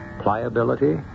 Pliability